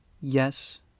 yes